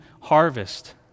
harvest